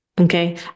Okay